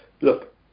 look